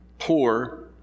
Poor